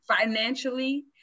Financially